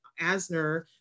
Asner